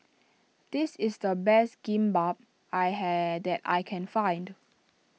this is the best Kimbap I had that I can find